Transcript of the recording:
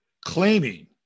claiming